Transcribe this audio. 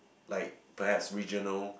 like perhaps regional